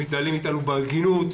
הם מתנהלים איתנו בהגינות,